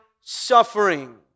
suffering